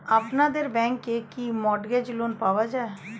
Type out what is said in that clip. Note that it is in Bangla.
আপনাদের ব্যাংকে কি মর্টগেজ লোন পাওয়া যায়?